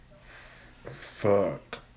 fuck